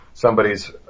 somebody's